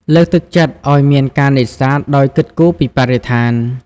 លើកទឹកចិត្តឲ្យមានការនេសាទដោយគិតគូរពីបរិស្ថាន។